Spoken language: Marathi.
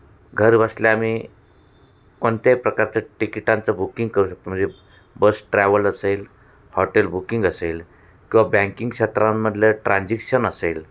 घरबसल्या आम्ही कोणत्याही प्रकारचं तिकिटांचं बुकिंग करू शकतो म्हणजे बस ट्रॅव्हल असेल हॉटेल बुकिंग असेल किंवा बँकिंग क्षेत्रांमधले ट्रान्झेक्शन असेल